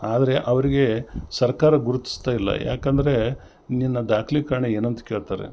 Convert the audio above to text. ಆದರೆ ಅವರಿಗೆ ಸರ್ಕಾರ ಗುರ್ಸ್ತಯಿಲ್ಲ ಯಾಕಂದರೆ ನಿನ್ನ ದಾಖ್ಲಿಕರ್ಣ ಏನಂತ ಕೇಳ್ತಾರೆ